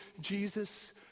Jesus